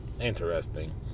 interesting